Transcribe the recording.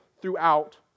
throughout